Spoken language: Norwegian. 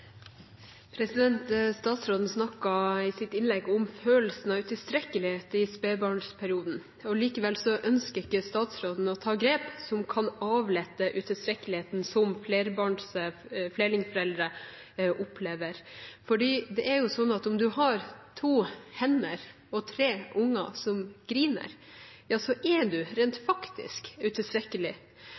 replikkordskifte. Statsråden snakket i sitt innlegg om følelsen av utilstrekkelighet i spedbarnsperioden. Likevel ønsker ikke statsråden å ta grep som kan avhjelpe utilstrekkeligheten som flerlingforeldre opplever. Det er jo sånn at om man har to hender og tre barn som griner, er man rent faktisk utilstrekkelig.